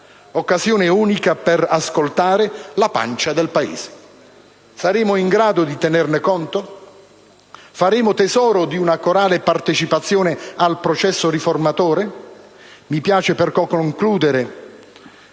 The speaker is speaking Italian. Occasione unica per ascoltare la pancia del Paese. Saremo in grado di tenerne conto? Faremo tesoro di una corale partecipazione al processo riformatore? Mi piace perciò concludere